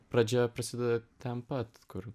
pradžia prasideda ten pat kur